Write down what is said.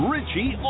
Richie